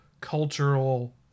cultural